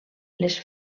les